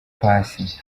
paccy